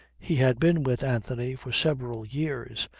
he had been with anthony for several years,